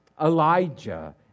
Elijah